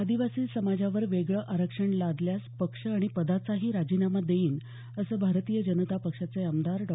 आदिवासी समाजावर वेगळं आरक्षण लादल्यास पक्ष आणि पदाचाही राजीनामा देईन असं भारतीय जनता पक्षाचे आमदार डॉ